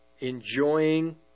Enjoying